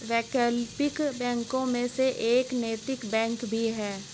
वैकल्पिक बैंकों में से एक नैतिक बैंक भी है